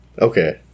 Okay